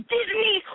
Disney